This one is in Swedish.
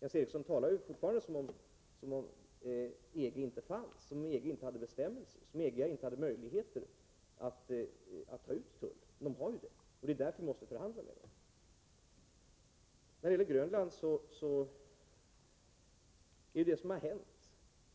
Jens Eriksson talar fortfarande som om EG inte fanns, inte hade bestämmelser och inte hade möjligheter att ta ut tull. Men EG har ju dessa möjligheter, och det är därför vi måste förhandla med EG. När det gäller Grönland är det som har hänt